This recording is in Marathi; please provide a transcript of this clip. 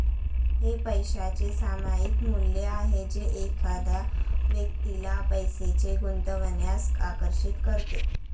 हे पैशाचे सामायिक मूल्य आहे जे एखाद्या व्यक्तीला पैसे गुंतवण्यास आकर्षित करते